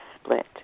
split